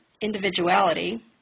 individuality